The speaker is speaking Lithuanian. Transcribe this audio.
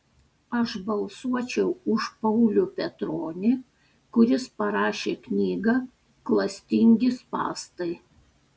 aš balsuočiau už paulių petronį kuris parašė knygą klastingi spąstai